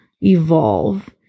evolve